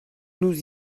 nous